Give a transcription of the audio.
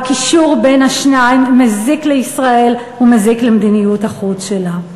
והקישור בין השניים מזיק לישראל ומזיק למדיניות החוץ שלה.